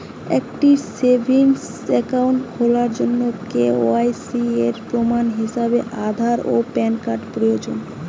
একটি savings account খোলার জন্য কে.ওয়াই.সি এর প্রমাণ হিসাবে আধার ও প্যান কার্ড প্রয়োজন